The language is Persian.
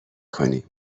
کنیم